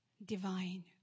Divine